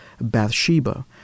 Bathsheba